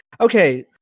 okay